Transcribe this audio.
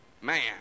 man